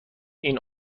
این